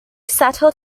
settled